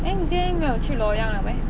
eh 你今天没有去 loyang 了 meh